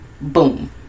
boom